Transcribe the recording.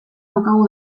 daukagu